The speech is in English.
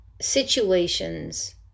situations